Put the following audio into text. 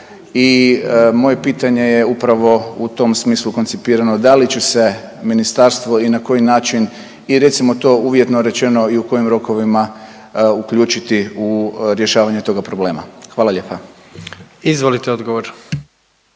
i moje pitanje je upravo u tom smislu koncipirano. Da li će se ministarstvo i na koji način i recimo to uvjetno rečeno i u kojim rokovima uključiti u rješavanje toga problema? Hvala lijepa. **Jandroković,